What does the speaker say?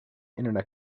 internet